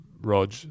Rog